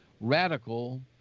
radical